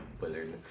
wizard